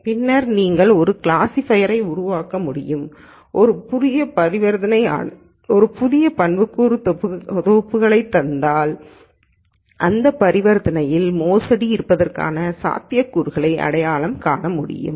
பின்னர் நீங்கள் ஒரு கிளாஸிஃபையரை உருவாக்க முடியும் ஒரு புதிய பரிவர்த்தனை ஆன ஒரு புதிய பண்புக்கூறு தொகுப்புகளைத் தந்தால் அந்தப் பரிவர்த்தனையில் மோசடியாக இருப்பதற்கான சாத்தியக்கூறுகளை அடையாளம் காண முடியும்